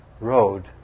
road